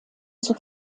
zur